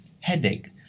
headache